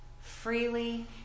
Freely